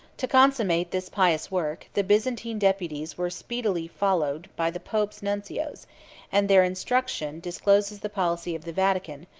to consummate this pious work, the byzantine deputies were speedily followed by the pope's nuncios and their instruction discloses the policy of the vatican,